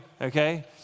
Okay